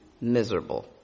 miserable